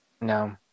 No